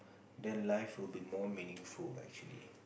then life will be more meaningful actually